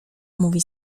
mówi